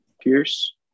Pierce